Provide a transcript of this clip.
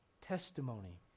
Testimony